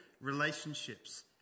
relationships